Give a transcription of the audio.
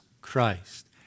Christ